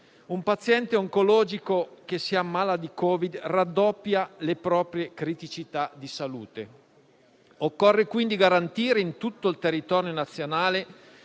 un paziente oncologico che si ammala di Covid raddoppia le proprie criticità di salute. Occorre quindi garantire in tutto il territorio nazionale